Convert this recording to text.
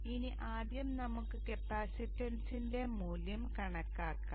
ഇനി ആദ്യം നമുക്ക് കപ്പാസിറ്റൻസിന്റെ മൂല്യം കണക്കാക്കാം